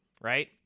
right